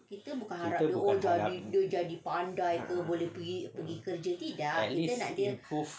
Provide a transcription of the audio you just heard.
kita bukan harap ah ah at least dia improve